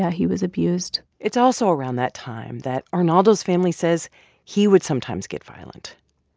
he was abused it's also around that time that arnaldo's family says he would sometimes get violent.